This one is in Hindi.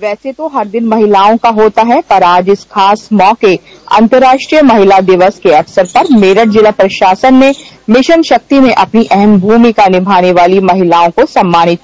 वैसे तो हर दिन महिलाओं का होता है पर आज इस खास मौके अंतर्राष्ट्रीय महिला दिवस के अवसर पर मेरठ जिला प्रशासन ने मिशन शक्ति में अपनी अहम भूमिका निभाने वाली महिलाओं को सम्मानित किया